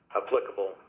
applicable